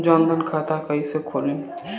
जनधन खाता कइसे खुली?